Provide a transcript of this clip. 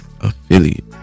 affiliate